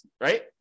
right